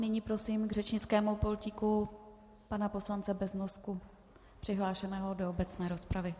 Nyní prosím k řečnickému pultíku pana poslance Beznosku přihlášeného do obecné rozpravy.